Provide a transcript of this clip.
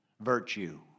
Virtue